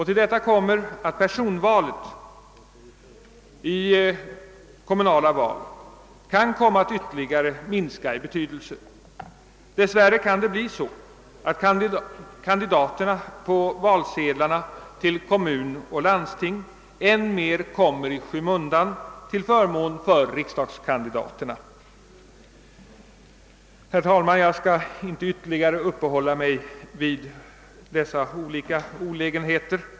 Till detta kommer att personvalet vid kommunala val kanske ytterligare minskar i betydelse. Dess värre kan det bli så, att kandidaterna på valsedlarna till kommun och landsting än mer råkar i skymundan till förmån för riksdagskandidaterna. Herr talman! Jag skall inte ytterligare uppehålla mig vid dessa olika olägenheter.